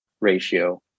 ratio